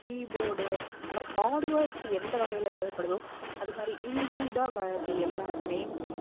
key போடு இந்த மாதிரி ஹார்டுவேர்ஸ் எந்த வகையில் தேவைப்படுதோ அது மாதிரி இன்பில்டாக வரது எல்லாமே